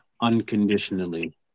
unconditionally